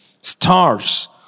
stars